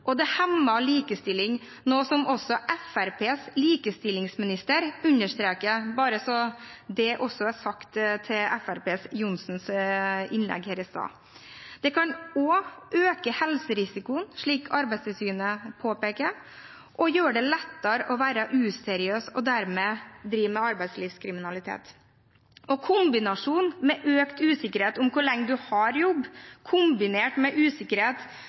innovasjon. Og det hemmer likestilling, noe også Fremskrittspartiets likestillingsminister understreker – bare så det også er sagt til Fremskrittspartiets Johnsen og hans innlegg her i stad. Det kan også øke helserisikoen, slik Arbeidstilsynet påpeker, og gjøre det lettere å være useriøs og dermed drive med arbeidslivskriminalitet. Kombinasjonen av økt usikkerhet om hvor lenge man har jobb, og usikkerhet